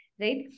Right